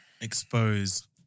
expose